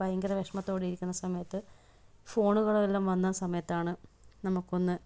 ഭയങ്കര വിഷമത്തോടെ ഇരിക്കുന്ന സമയത്ത് ഫോണുകളെല്ലാം വന്ന സമയത്താണ് നമ്മക്കൊന്ന്